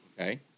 Okay